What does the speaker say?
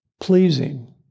pleasing